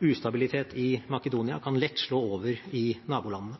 Ustabilitet i Makedonia kan lett slå over i nabolandene.